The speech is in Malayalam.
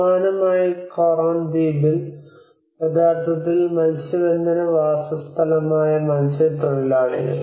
സമാനമായി കൊറോൺ ദ്വീപിൽ യഥാർത്ഥത്തിൽ മത്സ്യബന്ധന വാസസ്ഥലമായ മത്സ്യത്തൊഴിലാളികൾ